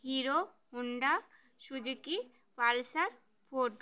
Hero Honda Suzuki pulsar ford